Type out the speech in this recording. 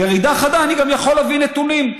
ירידה חדה, ואני גם יכול להביא נתונים.